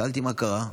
שאלתי מה קרה,